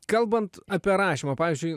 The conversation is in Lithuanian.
kalbant apie rašymą pavyzdžiui